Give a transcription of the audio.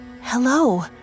Hello